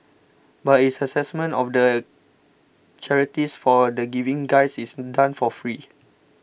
but its assessment of the charities for the Giving Guides is done for free